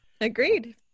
Agreed